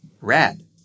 Red